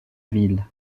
ville